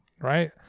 right